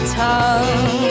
tongue